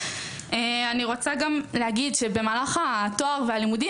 אני רוצה גם להגיד שבמהלך התואר והלימודים